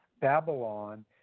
Babylon